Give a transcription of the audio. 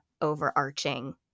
overarching